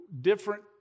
different